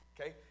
Okay